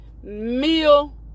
meal